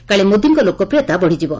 କାଳେ ମୋଦିଙ୍କ ଲୋକପ୍ରିୟତା ବଢିଯିବ